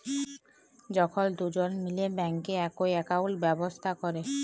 যখল দুজল মিলে ব্যাংকে একই একাউল্ট ব্যবস্থা ক্যরে